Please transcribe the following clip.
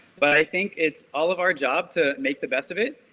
but i think it's all of our job to make the best of it.